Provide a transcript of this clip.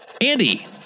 Andy